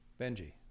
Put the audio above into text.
Benji